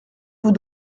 vous